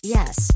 Yes